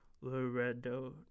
Laredo